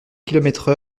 kilomètres